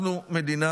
אנחנו מדינה